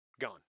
Gone